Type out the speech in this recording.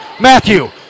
Matthew